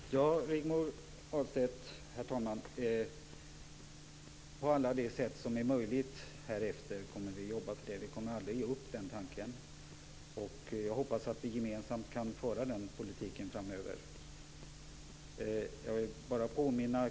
Herr talman! Vi kommer, Rigmor Ahlstedt, att göra det på alla de sätt som är möjliga härefter. Vi kommer aldrig att ge upp den här tanken. Jag hoppas att vi kan föra den politiken gemensamt framöver.